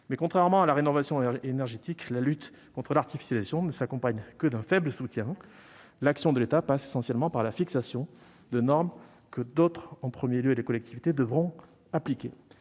contrairement à la rénovation énergétique, la lutte contre l'artificialisation ne s'accompagne que d'un faible soutien : l'action de l'État passe essentiellement par la fixation de normes que d'autres, au premier rang desquels les collectivités, devront appliquer.